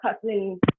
cussing